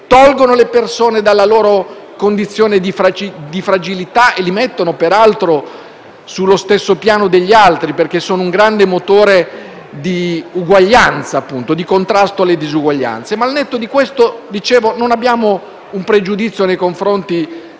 tolgono le persone dalla loro condizione di fragilità e le mettono peraltro sullo stesso piano degli altri, perché sono un grande motore di contrasto alle disuguaglianze. Al netto di questo, non abbiamo un pregiudizio nei confronti